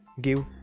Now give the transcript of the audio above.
give